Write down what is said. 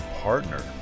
partner